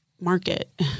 market